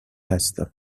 هستم